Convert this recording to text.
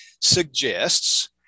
suggests